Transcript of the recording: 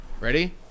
Ready